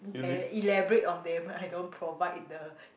and elaborate on them I don't provide the